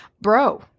Bro